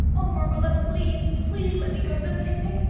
oh, marilla, please, please, let me go to the picnic.